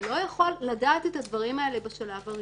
לא יכול לדעת את הדברים האלה בשלב הראשון.